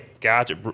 gotcha